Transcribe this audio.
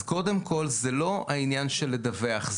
אז קודם כל זה לא העניין של לדווח,